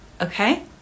Okay